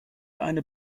eine